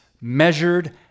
measured